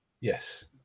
Yes